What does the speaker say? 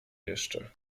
jeszcze